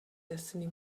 destiny